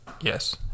Yes